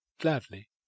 gladly